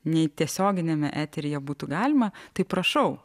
nei tiesioginiame eteryje būtų galima taip prašau